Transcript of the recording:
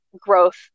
growth